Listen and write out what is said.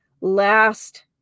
last